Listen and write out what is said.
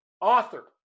author